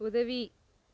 உதவி